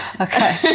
okay